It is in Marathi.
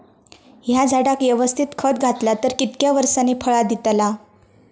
हया झाडाक यवस्तित खत घातला तर कितक्या वरसांनी फळा दीताला?